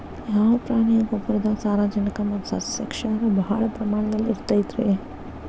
ಯಾವ ಪ್ರಾಣಿಯ ಗೊಬ್ಬರದಾಗ ಸಾರಜನಕ ಮತ್ತ ಸಸ್ಯಕ್ಷಾರ ಭಾಳ ಪ್ರಮಾಣದಲ್ಲಿ ಇರುತೈತರೇ?